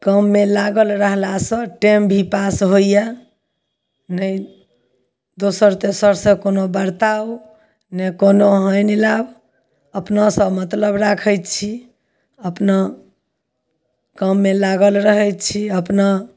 काममे लागल रहलासँ टाइम भी पास होइए ने दोसर तेसरसँ कोनो वार्ता ने कोनो मेल मिलाप अपनासँ मतलब राखय छी अपना काममे लागल रहय छी अपना